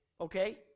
okay